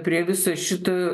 prie viso šito